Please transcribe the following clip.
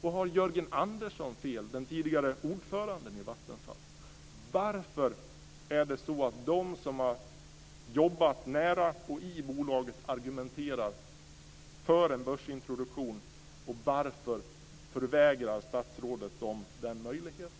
Och har Jörgen Andersson, den tidigare ordföranden i Vattenfall, fel? Varför är det så att de som har jobbat nära och i bolaget argumenterar för en börsintroduktion? Varför förvägrar statsrådet dem den möjligheten?